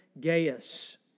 Gaius